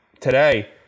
today